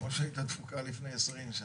כמו שהייתה דפוקה לפני 20 שנה.